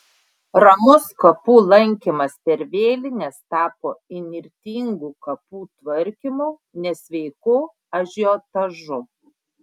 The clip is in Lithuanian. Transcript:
ramus kapų lankymas per vėlines tapo įnirtingu kapų tvarkymu nesveiku ažiotažu